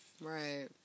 right